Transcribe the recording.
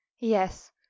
Yes